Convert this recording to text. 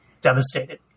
devastated